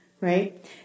Right